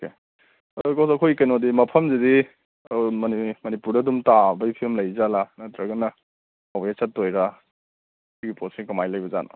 ꯑꯩꯈꯣꯏꯒꯤ ꯀꯩꯅꯣꯗꯤ ꯃꯐꯝꯁꯤꯗꯤ ꯑꯥ ꯃꯅꯤꯄꯨꯔꯗ ꯑꯗꯨꯝ ꯇꯥꯕꯒꯤ ꯐꯤꯕꯝ ꯂꯩꯖꯥꯠꯂ ꯅꯠꯇ꯭ꯔꯒꯅ ꯆꯠꯇꯣꯏꯔꯥ ꯁꯤꯒꯤ ꯄꯣꯠꯁꯦ ꯀꯃꯥꯏꯅ ꯂꯩꯕꯖꯥꯠꯅꯣ